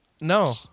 No